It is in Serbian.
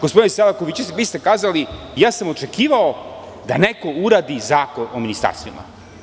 Gospodine Selakoviću, vi ste kazali – ja sam očekivao da neko uradi Zakon o ministarstvima.